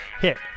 hit